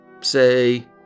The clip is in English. say